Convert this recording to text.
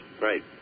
Right